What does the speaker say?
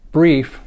brief